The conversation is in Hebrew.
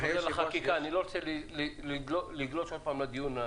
אנחנו בחקיקה, אני לא רוצה לגלוש שוב לדיון.